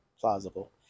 plausible